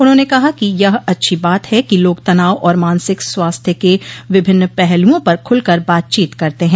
उन्होंने कहा कि यह अच्छी बात है कि लोग तनाव और मानसिक स्वास्थ्य के विभिन्न पहलूओं पर ख्रलकर बातचीत करते हैं